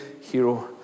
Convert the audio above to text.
hero